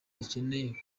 dukeneye